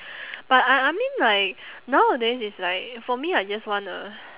but I I mean like nowadays it's like for me I just want a